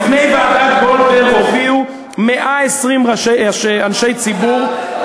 בפני ועדת גולדברג הופיעו 120 אנשי ציבור,